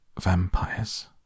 vampires